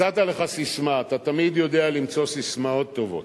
מצאת לך ססמה, אתה תמיד יודע למצוא ססמאות טובות,